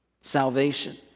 salvation